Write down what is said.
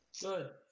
Good